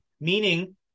meaning